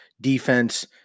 defense